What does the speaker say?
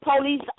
police